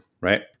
right